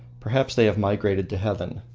perhaps they have migrated to heaven.